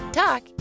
talk